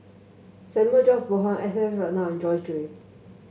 Samuel George Bonham S S Ratnam Joyce Jue